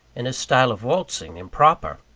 and his style of waltzing improper.